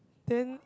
then